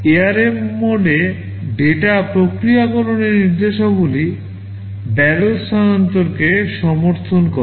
ARM মোডে data প্রক্রিয়াকরণের নির্দেশাবলী ব্যারেল স্থানান্তরকে সমর্থন করে